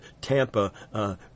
Tampa